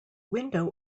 window